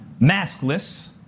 maskless